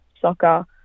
soccer